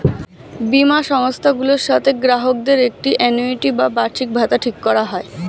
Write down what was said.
বীমা সংস্থাগুলোর সাথে গ্রাহকদের একটি আ্যানুইটি বা বার্ষিকভাতা ঠিক করা হয়